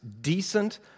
decent